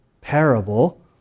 parable